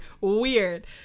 Weird